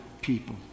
people